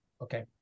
Okay